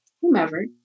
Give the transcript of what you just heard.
whomever